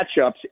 matchups